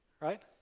Right